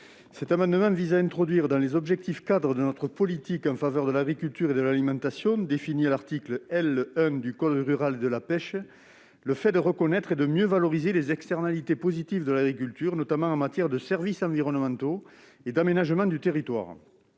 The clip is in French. amendement vise à introduire dans les objectifs-cadres de notre politique en faveur de l'agriculture et de l'alimentation, définie à l'article L. 1 du code rural et de la pêche maritime, le fait de reconnaître et de mieux valoriser les externalités positives de l'agriculture, notamment en matière de services environnementaux et d'aménagement du territoire.